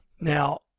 now